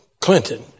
Clinton